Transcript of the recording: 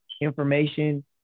information